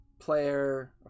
player